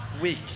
week